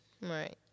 Right